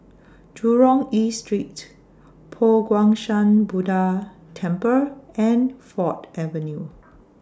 Jurong East Street Po Guang Shan Buddha Temple and Ford Avenue